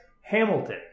Hamilton